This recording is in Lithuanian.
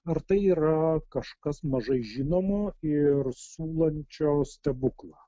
ar tai yra kažkas mažai žinomo ir siūlančios stebuklą